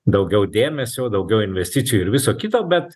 daugiau dėmesio daugiau investicijų ir viso kito bet